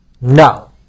No